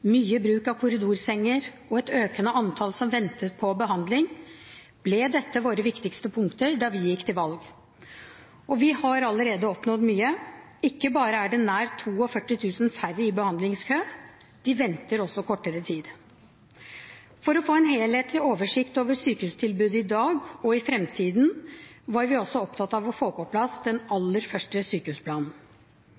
mye bruk av korridorsenger og et økende antall som ventet på behandling, ble dette våre viktigste punkter da vi gikk til valg. Og vi har allerede oppnådd mye. Ikke bare er det nær 42 000 færre i behandlingskø, de venter også i kortere tid. For å få en helhetlig oversikt over sykehustilbudet i dag og i framtiden var vi også opptatt av å få på plass den